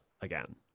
again